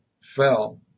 fell